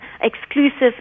exclusive